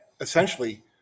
essentially